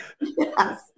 Yes